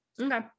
Okay